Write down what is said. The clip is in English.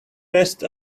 rest